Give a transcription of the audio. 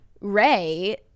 Ray